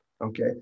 Okay